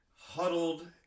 huddled